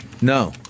No